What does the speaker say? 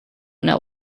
know